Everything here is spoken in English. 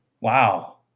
Wow